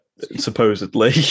supposedly